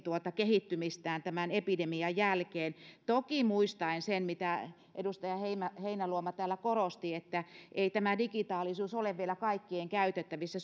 tämän epidemian jälkeen toki muistaen sen mitä edustaja heinäluoma heinäluoma täällä korosti että ei tämä digitaalisuus ole vielä kaikkien käytettävissä